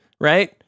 right